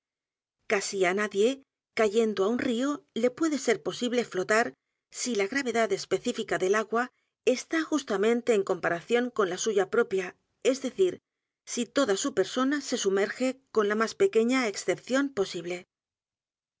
á nadie cayendo á un río le puede ser posible flotar si la gravedad específica del a g u a está justamente en comparación con la suya p r o pia es decir si toda su persona se sumerge con la más pequeña excepción posible